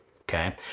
okay